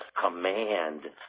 command